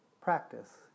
practice